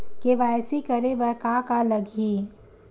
KYC करे बर का का लगही?